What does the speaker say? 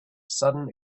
sudden